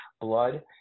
blood